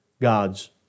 God's